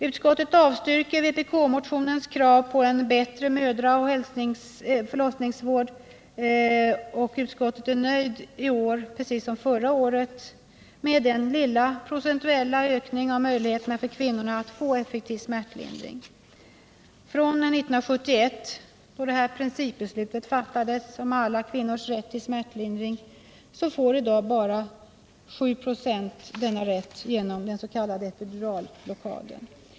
Utskottet avstyrker vpk-motionens krav på en bättre mödraoch förlossningsvård, och man är i år liksom förra året nöjd med den lilla procentuella ökningen av kvinnornas möjligheter att få effektiv smärtlindring. År 1971 fattades principbeslutet om alla kvinnors rätt till smärtlindring, men ändå har i dag bar 7 26 av kvinnorna denna rättighet genom den s.k. epiduralblockaden.